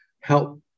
help